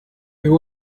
fiona